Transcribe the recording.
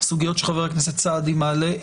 סוגיות שחבר הכנסת סעדי מעלה,